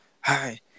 Hi